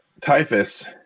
Typhus